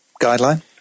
guideline